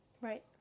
right